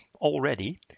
already